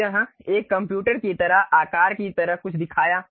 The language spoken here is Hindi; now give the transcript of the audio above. तो यह एक कंप्यूटर की तरह आकार की तरह कुछ दिखाया